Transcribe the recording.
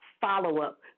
follow-up